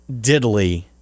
diddly